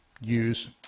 use